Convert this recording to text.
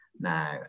now